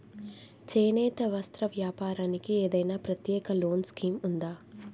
చేనేత వస్త్ర వ్యాపారానికి ఏదైనా ప్రత్యేక లోన్ స్కీం ఉందా?